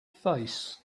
face